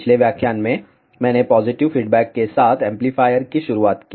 पिछले व्याख्यान में मैंने पॉजिटिव फीडबैक के साथ एम्पलीफायर की शुरुआत की